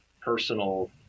personal